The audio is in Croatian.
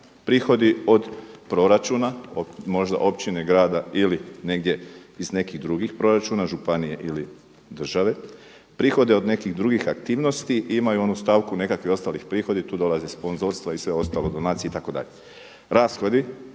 prihodi od proračuna možda općine, grada ili negdje iz nekih drugih proračuna županije ili države, prihode od nekih drugih aktivnosti i imaju onu stavku nekakvi ostali prihodio tu dolaze sponzorstva i sve ostalo, donacije itd.